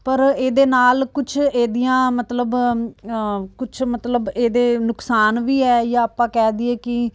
ਪਰ ਇਹਦੇ ਨਾਲ ਕੁਛ ਇਹਦੀਆਂ ਮਤਲਬ ਕੁਛ ਮਤਲਬ ਇਹਦੇ ਨੁਕਸਾਨ ਵੀ ਹੈ ਜਾਂ ਆਪਾਂ ਕਹਿ ਦੇਈਏ ਕਿ